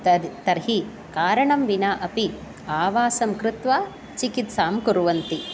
तद् तर्हि कारणं विना अपि आवासं कृत्वा चिकित्सां कुर्वन्ति